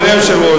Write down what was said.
אדוני היושב-ראש,